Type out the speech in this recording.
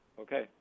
Okay